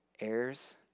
Heirs